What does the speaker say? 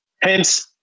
Hence